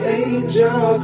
angel